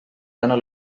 täna